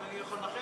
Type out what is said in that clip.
אם אני יכול לנחש?